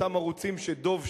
אותם ערוצים שדב,